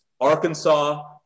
Arkansas